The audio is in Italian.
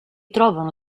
trovano